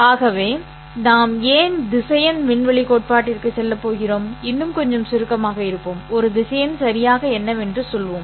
ஆகவே நாம் ஏன் திசையன் விண்வெளி கோட்பாட்டிற்குச் செல்லப் போகிறோம் இன்னும் கொஞ்சம் சுருக்கமாக இருப்போம் ஒரு திசையன் சரியாக என்னவென்று சொல்வோம்